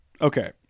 okay